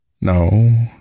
No